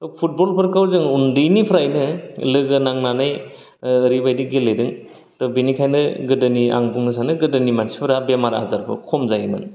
football फोरखौ जों उन्दैनिफ्रायनो लोगो नांनानै ओ ओरैबायदि गेलेदों थ बेनिखायनो गोदोनि आं बुंनो सानो गोदोनि मानसिफोरा बेमार आजारबो खम जायोमोन